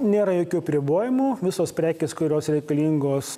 nėra jokių apribojimų visos prekės kurios reikalingos